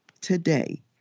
today